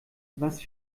was